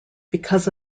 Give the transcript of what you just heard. because